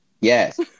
Yes